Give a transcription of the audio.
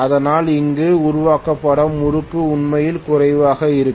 ஆனால் இங்கே உருவாக்கப்படும் முறுக்கு உண்மையில் குறைவாக இருக்கும்